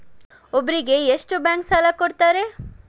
ಒಬ್ಬರಿಗೆ ಎಷ್ಟು ಬ್ಯಾಂಕ್ ಸಾಲ ಕೊಡ್ತಾರೆ?